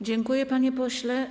Dziękuję, panie pośle.